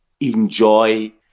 enjoy